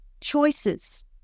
choices